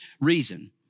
reason